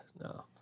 no